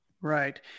Right